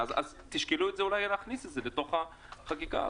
תשקלו אולי להכניס את זה לחקיקה הזו,